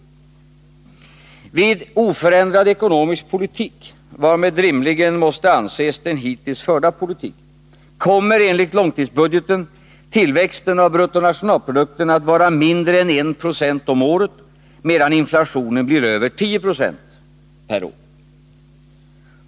Vid oförändrad ekonomisk politik, varmed rimligen måste anses den hittills förda politiken, kommer enligt långtidsbudgeten tillväxten av bruttonationalprodukten att vara mindre än 1 90 om året, medan inflationen blir över 10 90 per år.